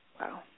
Wow